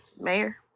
Mayor